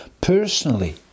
personally